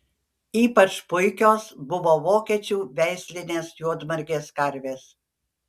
ypač puikios buvo vokiečių veislinės juodmargės karvės